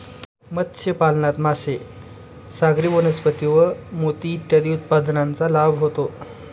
मत्स्यपालनात मासे, सागरी वनस्पती व मोती इत्यादी उत्पादनांचा लाभ होतो